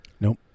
Nope